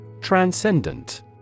Transcendent